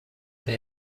they